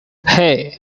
hey